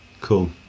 cool